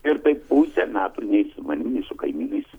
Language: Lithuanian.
ir taip pusę metų nei su manim nei su kaimynais